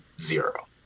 zero